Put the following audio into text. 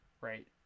Right